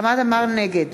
נגד